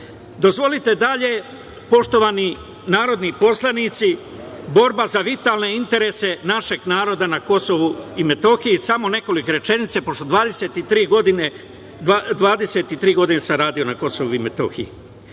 nazivima. Dozvolite dalje, poštovani narodni poslanici, borba za vitalne interese našeg naroda na Kosovu i Metohiji, samo nekoliko rečenica, pošto 23 godine sam radio na Kosovu i Metohiji.